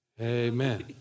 Amen